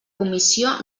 comissió